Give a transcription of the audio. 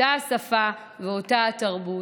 אותה השפה ואותה התרבות.